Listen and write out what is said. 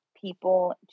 people